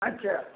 अच्छा